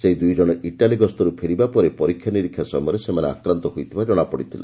ସେହି ଦୁଇ ଜଣ ଇଟାଲୀ ଗସ୍ତରୁ ଫେରିବା ପରେ ପରୀକ୍ଷା ନିରୀକ୍ଷା ସମୟରେ ସେମାନେ ଆକ୍ରାନ୍ତ ହୋଇଥିବା ଜଣାପଡ଼ିଥିଲା